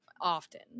often